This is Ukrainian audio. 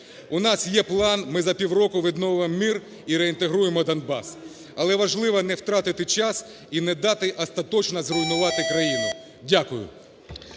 У нас є план, ми за півроку відновимо мир і реінтегруємо Донбас, але важливо не втратити час і не дати остаточно зруйнувати країну. Дякую.